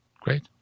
Great